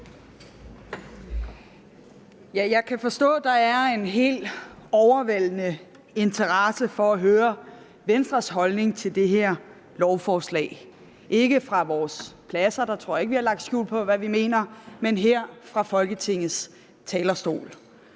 Jeg kan forstå, at der er en helt overvældende interesse for at høre Venstres holdning til det her lovforslag – ikke fra vores pladser, for derfra tror jeg ikke vi har lagt skjul på hvad vi mener, men her fra Folketingets talerstol.